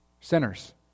sinners